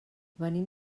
venim